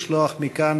לשלוח מכאן,